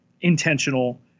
intentional